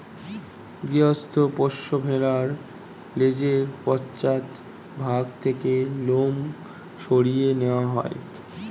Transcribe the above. গৃহস্থ পোষ্য ভেড়ার লেজের পশ্চাৎ ভাগ থেকে লোম সরিয়ে নেওয়া হয়